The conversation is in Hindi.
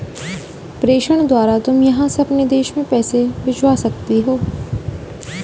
प्रेषण द्वारा तुम यहाँ से अपने देश में पैसे भिजवा सकती हो